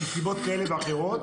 מסיבות כאלה ואחרות,